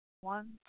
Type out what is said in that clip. One